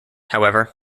however